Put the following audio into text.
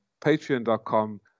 Patreon.com